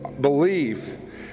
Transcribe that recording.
believe